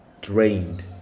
drained